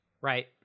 Right